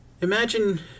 imagine